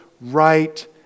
right